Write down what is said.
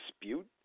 dispute